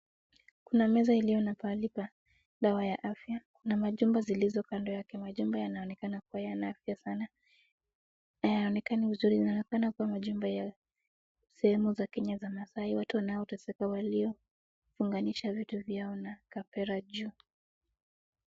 Kuna meza iliyo na pahali pa dawa ya afya na majumba zilizo kando yake. Majumba yanaonekana kuwa yana afya dana, hayaonekani vizuiri. Inaonekana kuwa majumba sehemu za Kenya za maasai, watu wanaoteseka waliongunisha vitu vyao na kapera juu.